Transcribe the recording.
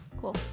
Cool